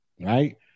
right